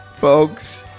Folks